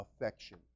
affection